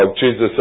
Jesus